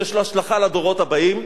שיש לו השלכה על הדורות הבאים,